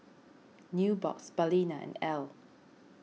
Nubox Balina Elle